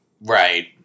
Right